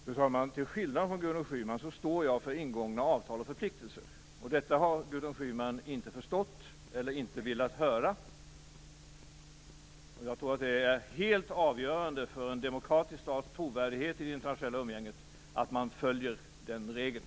Fru talman! Till skillnad från Gudrun Schyman står jag för ingångna avtal och förpliktelser. Detta har Gudrun Schyman inte velat höra, men jag tror att det är helt avgörande för en demokratisk stats trovärdighet i det internationella umgänget att man följer den regeln.